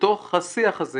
ובתוך השיח הזה